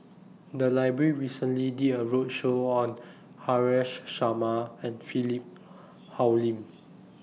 The Library recently did A roadshow on Haresh Sharma and Philip Hoalim